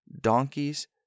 donkeys